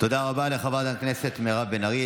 תודה רבה לחברת הכנסת מירב בן ארי.